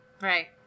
Right